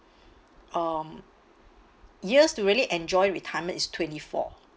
um years to really enjoy retirement is twenty-four